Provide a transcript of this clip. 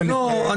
ו-ב',